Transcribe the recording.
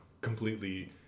completely